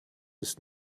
ist